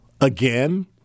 again